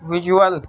visual